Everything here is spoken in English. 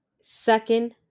second